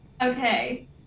Okay